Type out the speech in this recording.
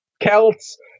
Celts